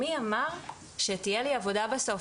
מי אמר שתהיה לי עבודה בסוף,